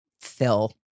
fill